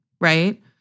right